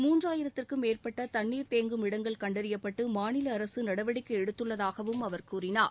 மூன்றாயிரத்திற்கும் மேற்பட்ட தண்ணீர் தேங்கும் இடங்கள் கண்டறியப்பட்டு மாநில அரசு நடவடிக்கை எடுத்துள்ளதாகவும் அவர் கூறினார்